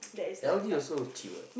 L D also cheap what